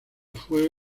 fue